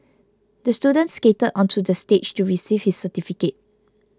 the student skated onto the stage to receive his certificate